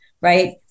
right